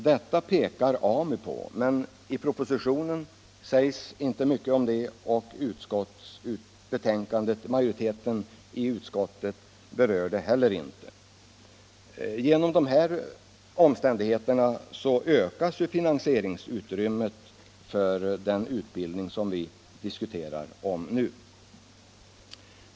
Detta pekar AMU på, men i propositionen sägs inte mycket om det, och majoriteten i utskottet berör det heller inte. Genom dessa omständigheter ökas ju finansieringsutrymmet för den utbildning som vi diskuterar nu.